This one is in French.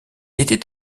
était